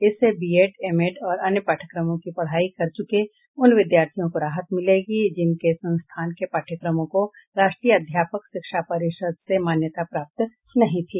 इससे BEd MEd और अन्य पाठयक्रमों की पढ़ाई कर चुके उन विद्यार्थियों को राहत मिलेगी जिनके संस्थान के पाठयक्रमो को राष्ट्रीय अध्यापक शिक्षा परिषद से मान्यता प्राप्त नहीं थी